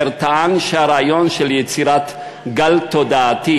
אשר טען שהרעיון של יצירת גל תודעתי